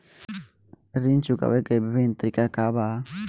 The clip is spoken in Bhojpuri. ऋण चुकावे के विभिन्न तरीका का बा?